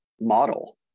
model